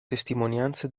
testimonianze